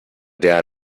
der